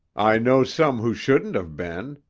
i know some who shouldn't have been,